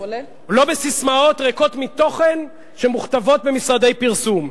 לא בססמאות ריקות מתוכן שמוכתבות במשרדי פרסום,